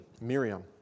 Miriam